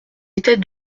était